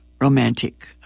romantic